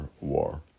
war